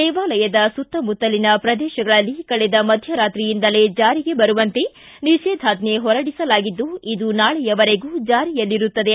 ದೇವಾಲಯದ ಸುತ್ತಮುತ್ತಲಿನ ಪ್ರದೇಶಗಳಲ್ಲಿ ಕಳೆದ ಮಧ್ಯರಾತ್ರಿಯಿಂದಲೇ ಜಾರಿಗೆ ಬರುವಂತೆ ನಿಷೇಧಾಜ್ಜೆ ಹೊರಡಿಸಲಾಗಿದ್ದು ಇದು ನಾಳೆಯವರೆಗೂ ಜಾರಿಯಲ್ಲಿರುತ್ತದೆ